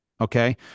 Okay